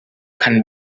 can